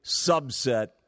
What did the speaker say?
subset